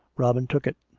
robin took it.